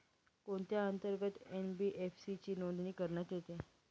कोणत्या अंतर्गत एन.बी.एफ.सी ची नोंदणी करण्यात येते?